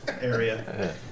area